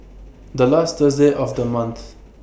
The last Thursday of The month